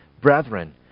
Brethren